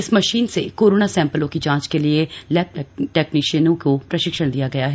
इस मशीन से कोरोना सैंपलों की जांच के लिए लैब टैक्निशियनों को प्रशिक्षण दिया गया है